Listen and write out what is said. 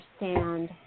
understand